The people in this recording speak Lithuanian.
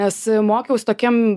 nes mokiaus tokiem